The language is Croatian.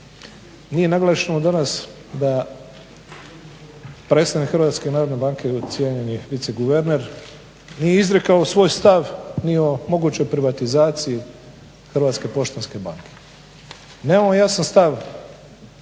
nije naglašeno danas predstavnik HNB cijenjeni viceguverner nije izrekao svoj stav ni o mogućoj privatizaciji Hrvatske poštanske